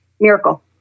Miracle